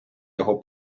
його